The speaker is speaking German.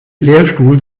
lehrstuhl